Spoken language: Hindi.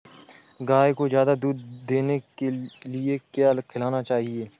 गाय को ज्यादा दूध देने के लिए क्या खिलाना चाहिए?